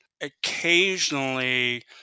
occasionally